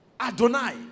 adonai